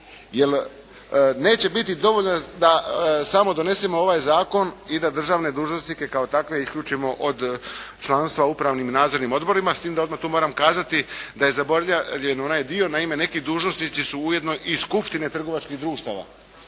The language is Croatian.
Jer neće biti dovoljno da samo donesemo ovaj zakon i da državne dužnosnike kao takve isključimo od članstva u upravnim i nadzornim odborima. S tim da odmah tu moram kazati da je zaboravljen onaj dio. Naime neki dužnosnici su ujedno i iz Skupštine trgovačkih društava.